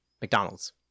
mcdonald's